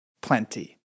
plenty